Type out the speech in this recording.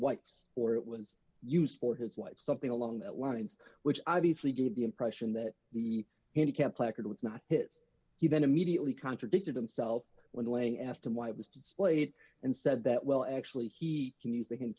wife's or it was used for his wife something along that lines which obviously gave the impression that the any camp placard was not hit you then immediately contradicted himself when laying asked him why it was displayed and said that well actually he can use the